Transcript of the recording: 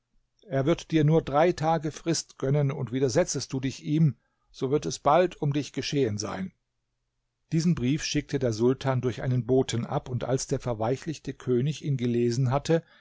er wird dir nur drei tage frist gönnen und widersetzest du dich ihm so wird es bald um dich geschehen sein diesen brief schickte der sultan durch einen boten ab und als der verweichlichte könig ihn gelesen hatte